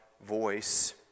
voice